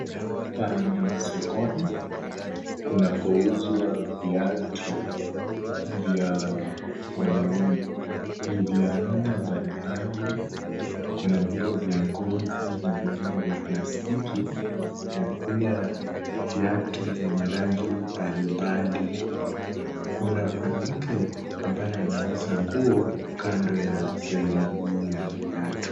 Hapa ni sokoni, kunakouzwa viatu vya wanaume, ni vya aina mbalimbali, kuna vile vya ngozi na vingine vya plastiki, na pia viatu vyenye rangi mbalimbali. Kuna mwanamke ambaye anauza nguo kando ya sehemu hii ya viatu.